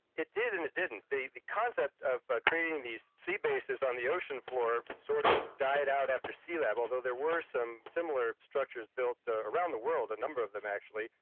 it did and it didn't. the the concept of but creating these sea bases on the ocean floor sort of died out after sealab, although there were some similar structures built around the world, a number of them actually.